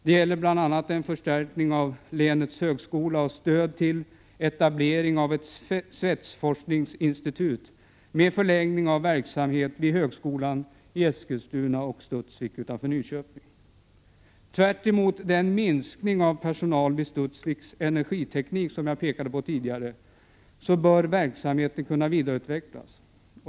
Det gäller bl.a. en förstärkning av länets högskola och stöd till etablering av ett svetsforskningsinstitut med förläggning av verksamhet vid högskolan i Eskilstuna och Studsvik, utanför Nyköping. I motsats till den minskning av personalen vid Studsvik Energiteknik som jag tidigare pekade på bör denna verksamhet kunna vidareutvecklas.